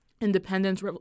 independence